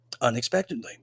unexpectedly